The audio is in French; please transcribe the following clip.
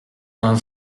d’un